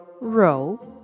row